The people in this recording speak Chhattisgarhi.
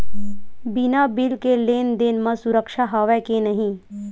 बिना बिल के लेन देन म सुरक्षा हवय के नहीं?